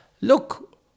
look